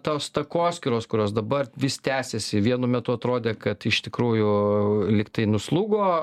tos takoskyros kurios dabar vis tęsiasi vienu metu atrodė kad iš tikrųjų lygtai nuslūgo